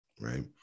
Right